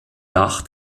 dach